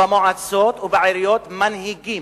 במועצות או בעיריות מנהיגים.